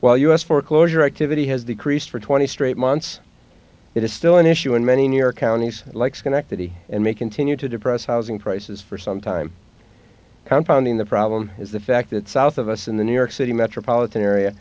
while u s foreclosure activity has decreased for twenty straight months it is still an issue in many new york counties like schenectady and may continue to depress housing prices for some time confounding the problem is the fact that south of us in the new york city metropolitan area